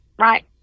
Right